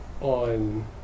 on